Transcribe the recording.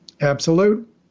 absolute